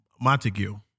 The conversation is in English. Montague